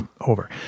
over